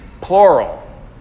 plural